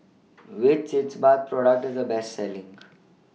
Which Sitz Bath Product IS The Best Selling